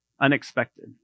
unexpected